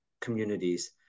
communities